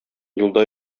юлда